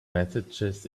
messages